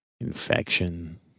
Infection